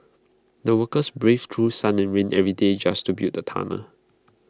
the workers braved through sun and rain every day just to build the tunnel